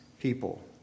people